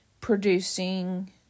producing